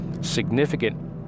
significant